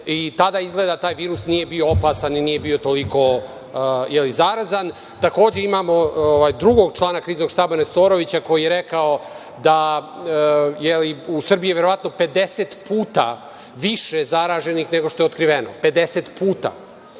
i tada taj virus nije bio opasan i nije bio toliko zarazan. Takođe, imamo drugog člana Kriznog štaba, Nestorovića, koji je rekao da je u Srbiji, verovatno, 50 puta više zaraženih nego što je otkriveno, 50 puta.